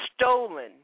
stolen